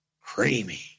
creamy